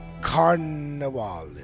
carnival